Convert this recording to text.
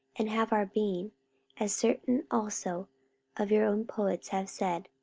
and have our being as certain also of your own poets have said,